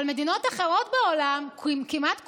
אבל מדינות אחרות בעולם, כמעט כולן,